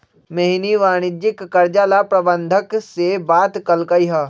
मोहिनी वाणिज्यिक कर्जा ला प्रबंधक से बात कलकई ह